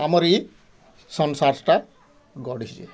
ଆମରି ସଂସାରଟା ଗଢ଼ିଛେ